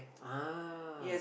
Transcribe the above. ah